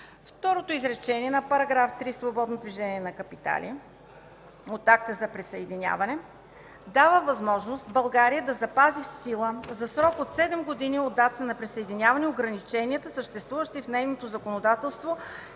Второто изречение на § 3 – свободно движение на капитали от Акта за присъединяване, дава възможност България да запази в сила за срок от 7 години от датата на присъединяване ограниченията, съществуващи в нейното законодателство